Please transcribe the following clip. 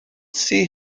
see